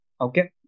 Okay